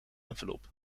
envelop